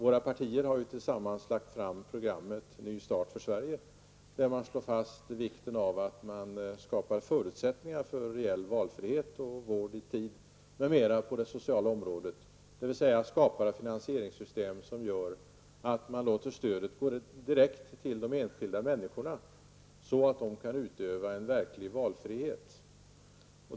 Våra partier har tillsammans lagt fram programmet ''Ny start för Sverige'', där man slår fast vikten av att skapa förutsättningar för en reell valfrihet, vård i tid m.m. på det sociala området, dvs. skapar ett finansieringssystem som gör att man låter stödet gå direkt till de enskilda människorna så att de kan få en verklig valfrihet.